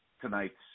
tonight's